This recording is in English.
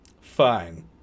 Fine